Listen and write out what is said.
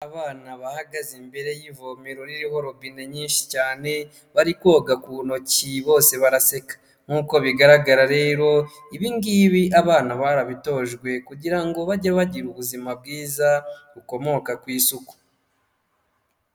Abana bahagaze imbere y'ivomero ririho robine nyinshi cyane bari koga ku ntoki, bose baraseka nk'uko bigaragara rero ibi ngibi abana barabitojwe kugira ngo bajye bagira ubuzima bwiza bukomoka ku isuku.